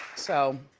so,